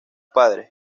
padres